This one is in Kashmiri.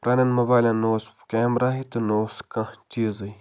پرانٮ۪ن موبایِلَن نہٕ اوس کیمراہٕے تہِ نہٕ اوس کانٛہہ چیٖزٕے